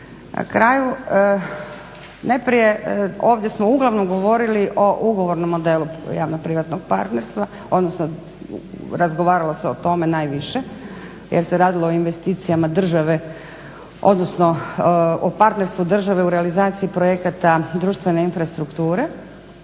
kraju. Najprije ovdje smo uglavnom govorili o ugovornom modelu javno-privatnog partnerstva, odnosno razgovaralo se o tome najviše. Jer se radilo o investicijama države, odnosno o partnerstvu države u realizaciji projekata društvene infrastrukture.